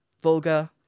vulgar